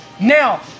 now